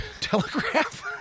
telegraph